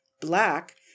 black